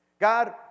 God